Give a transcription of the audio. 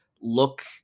look